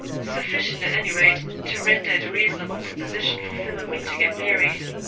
sufficient, at any rate, to render it a reasonable proposition for phil and me to get married.